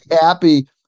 happy